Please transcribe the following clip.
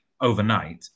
overnight